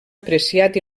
apreciat